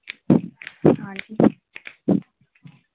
हाँ जी